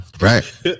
right